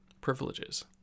privileges